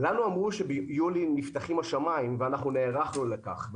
אמרו לנו שביולי נפתחים השמיים ואנחנו נערכנו לכך.